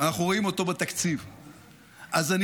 לפני יותר מעשר שנים,